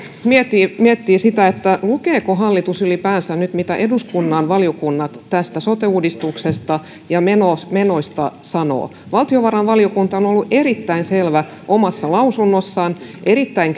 miettii miettii sitä lukeeko hallitus ylipäänsä nyt mitä eduskunnan valiokunnat tästä sote uudistuksesta ja menoista menoista sanovat valtiovarainvaliokunta on on ollut erittäin selvä omassa lausunnossaan erittäin